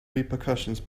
repercussions